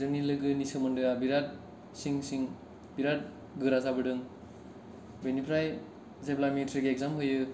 जोंनि लोगोनि सोमोन्दोआ बिराथ सिं सिं बिराथ गोरा जाबोदों बेनिफ्राय जेब्ला मेट्रिक इक्जाम होयो